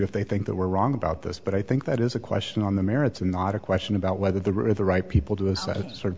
if they think that we're wrong about this but i think that is a question on the merits and not a question about whether the river right people do is that sort